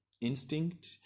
instinct